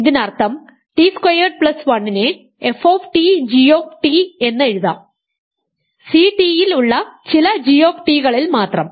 ഇതിനർത്ഥം T squared plus 1 നെ f g എന്ന് എഴുതാം Ct ഇൽ ഉള്ള ചില g കളിൽ മാത്രം